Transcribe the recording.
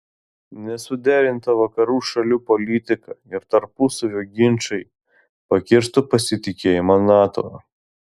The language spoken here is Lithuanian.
nesuderinta vakarų šalių politika ir tarpusavio ginčai pakirstų pasitikėjimą nato